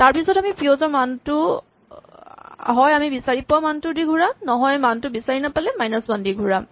তাৰপাছত আমি পিঅ'ছ ৰ মানটো হয় আমি পোৱা মানটো দি ঘূৰাম নহয় মানটো বিচাৰি নাপালে মাইনাচ ৱান দি ঘূৰাম